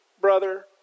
brother